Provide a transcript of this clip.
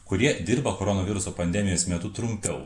kurie dirba koronaviruso pandemijos metu trumpiau